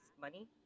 money